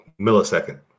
Millisecond